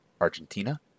Argentina